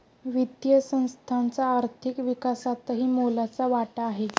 वित्तीय संस्थांचा आर्थिक विकासातही मोलाचा वाटा आहे